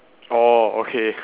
orh okay